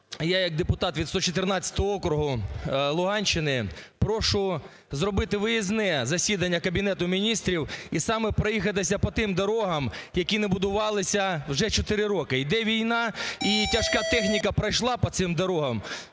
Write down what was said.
я як депутат від 114 округу Луганщини прошу зробити виїзне засідання Кабінету Міністрів і саме проїхатися по тим дорогам, які не будувалися вже чотири роки. Йде війна, і тяжка техніка пройшла по цим дорогам.